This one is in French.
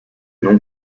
nom